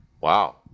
Wow